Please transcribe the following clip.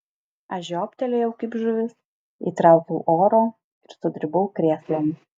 aš žioptelėjau kaip žuvis įtraukiau oro ir sudribau krėslan